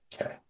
Okay